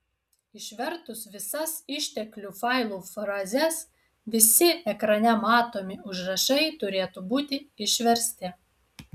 išvertus visas išteklių failų frazes visi ekrane matomi užrašai turėtų būti išversti